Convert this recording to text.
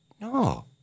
No